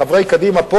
חברי קדימה,